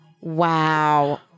Wow